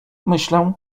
myślę